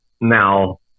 Now